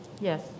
Yes